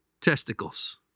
testicles